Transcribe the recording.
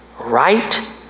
right